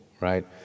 right